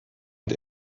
und